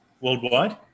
worldwide